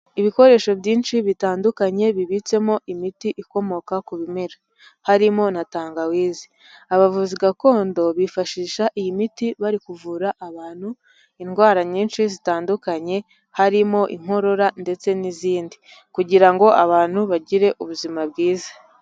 Ibikoresho byinshi bitandukanye bibitsemo imiti ikomoka ku bimera, harimo na tangawizi. Abavuzi gakondo bifashisha iyi miti bari kuvura abantu indwara nyinshi zitandukanye, harimo inkorora ndetse n'izindi, kugira ngo abantu bagire ubuzima bwiza.